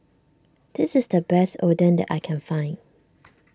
this is the best Oden that I can find